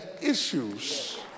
issues